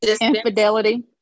infidelity